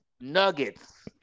Nuggets